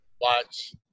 watch